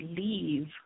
leave